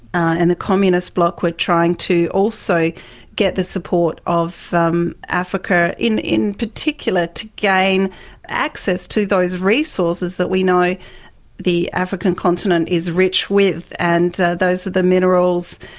and the communist bloc were trying to also get the support of um africa, in in particular to gain access to those resources that we know the african continent is rich with and those are the minerals,